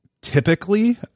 Typically